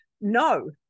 no